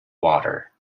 water